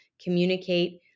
communicate